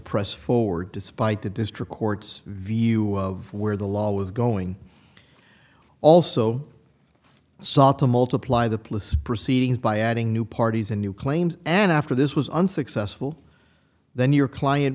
press forward despite the district court's view of where the law was going also sought to multiply the proceedings by adding new parties and new claims and after this was unsuccessful then your client